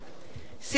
סילבן שלום,